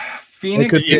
Phoenix